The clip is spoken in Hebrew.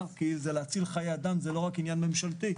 כי להציל חיי אדם זה לא רק עניין ממשלתי,